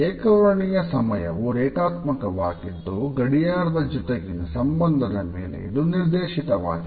ಏಕ ವರ್ಣೀಯ ಸಮಯವು ರೇಖಾತ್ಮಕವಾಗಿದ್ದು ಗಡಿಯಾರದ ಜೊತೆಗಿನ ಸಂಬಂಧದ ಮೇಲೆ ಇದು ನಿರ್ದೇಶಿತವಾಗಿದೆ